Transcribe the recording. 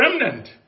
remnant